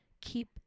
keep